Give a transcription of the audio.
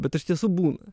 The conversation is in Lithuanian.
bet iš tiesų būna